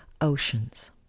Oceans